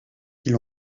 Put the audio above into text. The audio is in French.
qu’il